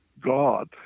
God